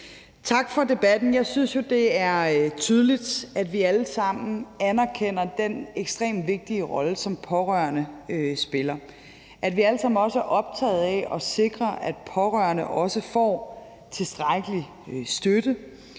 Tak for debatten. Jeg synes jo, det er tydeligt, at vi alle sammen anerkender den ekstremt vigtige rolle, som pårørende spiller, og at vi alle sammen også er optaget af at sikre, at pårørende også får tilstrækkelig støtte.